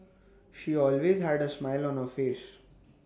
she always had A smile on her face